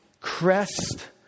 crest